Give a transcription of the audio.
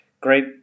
Great